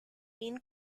been